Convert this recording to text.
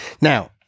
Now